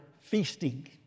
feasting